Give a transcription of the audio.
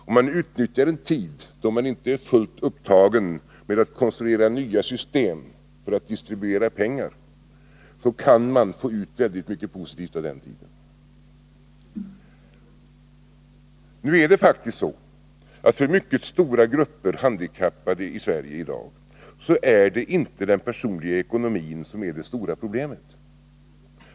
Om man utnyttjar den tid då man inte är fullt upptagen med att konstruera nya system för att distribuera pengar, kan man få ut mycket positivt av den tiden. För mycket stora grupper handikappade i Sverige i dag är det inte den personliga ekonomin som är det stora problemet.